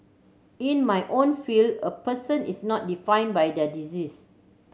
in my own field a person is not define by their disease